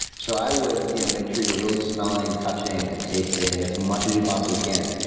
so, i would you know make sure you're really smelling, touching, and tasting as much as you possibly can.